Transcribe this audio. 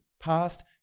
past